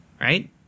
Right